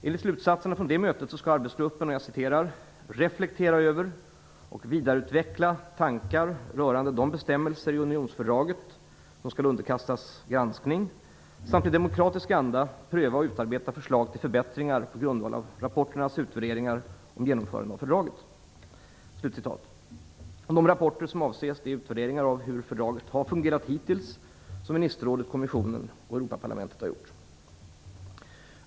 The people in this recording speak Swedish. Enligt slutsatserna från det mötet skall arbetsgruppen "reflektera över och vidareutveckla tankar rörande de bestämmelser i unionsfördraget som skall underkastas granskning, samt i demokratisk anda pröva och utarbeta förslag till förbättringar på grundval av rapporternas utvärderingar om genomförande av fördraget". De rapporter som avses är utvärderingar av hur fördraget har fungerat hittills som ministerrådet, kommissionen och Europaparlamentet har gjort.